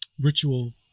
ritual